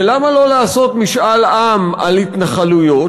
ולמה לא לעשות משאל עם על התנחלויות,